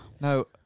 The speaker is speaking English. no